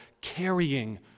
carrying